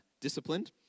disciplined